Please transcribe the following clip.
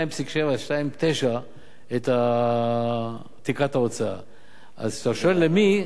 ההוצאה ל-2.7 2.9. אז אתה שואל למי?